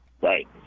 Right